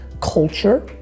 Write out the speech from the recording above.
culture